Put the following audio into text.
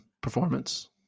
performance